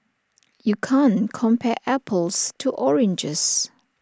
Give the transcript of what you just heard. you can't compare apples to oranges